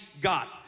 God